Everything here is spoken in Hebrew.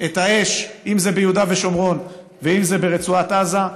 את האש, אם זה ביהודה ושומרון ואם זה ברצועת עזה.